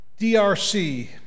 DRC